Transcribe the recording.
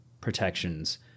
protections